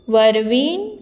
वरवीं